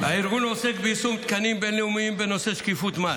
הארגון עוסק ביישום תקנים בין-לאומיים בנושא שקיפות מס,